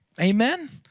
Amen